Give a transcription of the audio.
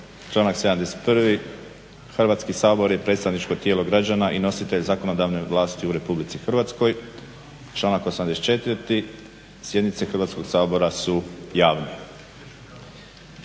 članak 71. Hrvatski sabor je predstavničko tijelo građana i nositelj zakonodavne vlasti u Republici Hrvatskoj, članak 84. Sjednice Hrvatskog sabora su javne.